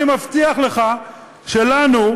אני מבטיח לך שלנו,